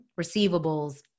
receivables